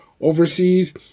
overseas